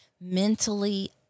mentally